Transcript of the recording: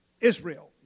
Israel